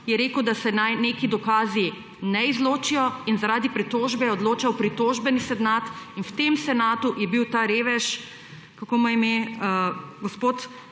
je rekel, da se naj neki dokazi ne izločijo in zaradi pritožbe je odločal pritožbeni senat in v tem senatu je bil ta revež, kako mu je ime, gospod